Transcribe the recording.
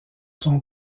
son